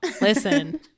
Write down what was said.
Listen